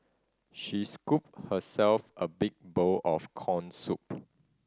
she scooped herself a big bowl of corn soup